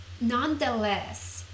nonetheless